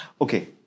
Okay